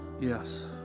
yes